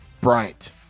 bryant